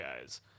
guys